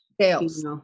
Sales